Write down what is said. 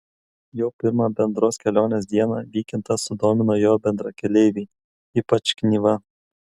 jau pirmą bendros kelionės dieną vykintą sudomino jo bendrakeleiviai ypač knyva